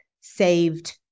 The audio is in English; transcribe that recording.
saved